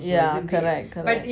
yeah correct correct